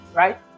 right